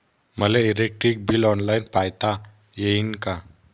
मले electric bill online पायता येईन का?